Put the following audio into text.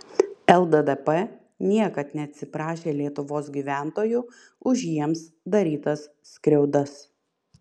lddp niekad neatsiprašė lietuvos gyventojų už jiems darytas skriaudas